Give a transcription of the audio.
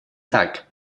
так